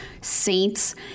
Saints